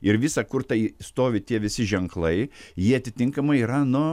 ir visa kur tai stovi tie visi ženklai jie atitinkamai yra nu